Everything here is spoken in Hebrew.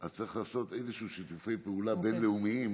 אז צריך לעשות איזשהם שיתופי פעולה בין-לאומיים.